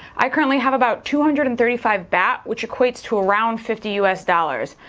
i currently have about two hundred and thirty five bat, which equates to around fifty us dollars.